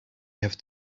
have